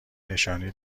نشانی